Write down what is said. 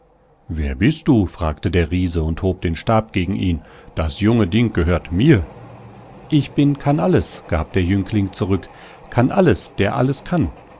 wer bist du fragte der riese und hob den stab gegen ihn das junge ding gehört mir ich bin kannalles gab der jüngling zurück kannalles der alles kann